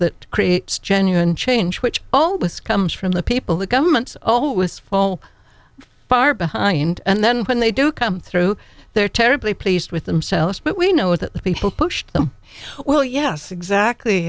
that creates genuine change which all this comes from the people that governments always fall far behind and then when they do come through they're terribly pleased with themselves but we know that the people pushed them well yes exactly